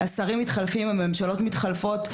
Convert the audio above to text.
השרים מתחלפים הממשלות מתחלפות.